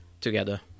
together